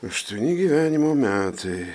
aštuoni gyvenimo metai